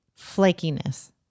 flakiness